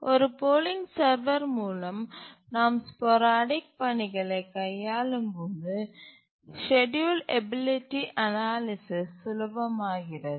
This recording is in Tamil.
ஒரு போலிங் சர்வர் மூலம் நாம் ஸ்போரடிக் பணிகளைக் கையாளும்போது ஸ்கேட்யூல் எபிலிட்டி அனாலிசிஸ் சுலபமாகிறது